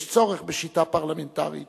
יש צורך בשיטה פרלמנטרית